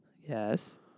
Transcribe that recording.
Yes